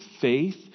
faith